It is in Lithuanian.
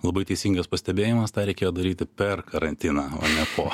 labai teisingas pastebėjimas tą reikėjo daryti per karantiną o ne po